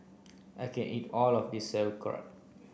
I can't eat all of this Sauerkraut